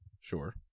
Sure